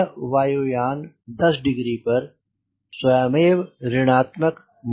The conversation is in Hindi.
यह वायुयान 10 डिग्री पर स्वयमेव ऋणात्मक मोमेंट बनाएगा